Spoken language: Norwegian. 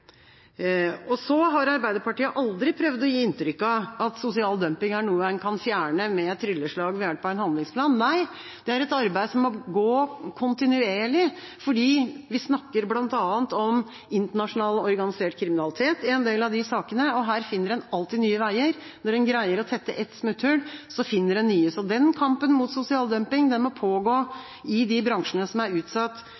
2006, så kom plan nr. 2 i 2008, plan nr. 3 i 2013, plan nr. 4 i 2014 og plan nr. 5 i 2017. Samtlige planer har det som utgjør flertallet og regjeringspartiene i dag, vært med på å stemme ned. Arbeiderpartiet har aldri prøvd å gi inntrykk av at sosial dumping er noe en kan fjerne med et trylleslag ved hjelp av en handlingsplan. Nei, det er et arbeid som må pågå kontinuerlig fordi vi bl.a. snakker om internasjonal organisert kriminalitet i en del